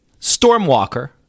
Stormwalker